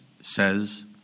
says